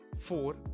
four